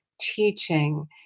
teaching